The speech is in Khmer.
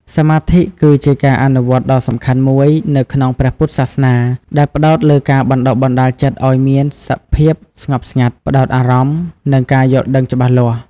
សមាធិ គឺជាការអនុវត្តន៍ដ៏សំខាន់មួយនៅក្នុងព្រះពុទ្ធសាសនា ដែលផ្តោតលើការបណ្ដុះបណ្ដាលចិត្តឲ្យមានសភាពស្ងប់ស្ងាត់ ផ្ដោតអារម្មណ៍ និងការយល់ដឹងច្បាស់លាស់។